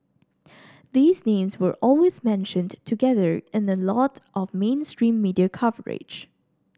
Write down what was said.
these names were always mentioned together in a lot of mainstream media coverage